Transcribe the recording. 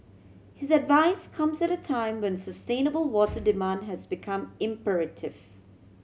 his advice comes at a time when sustainable water demand has become imperative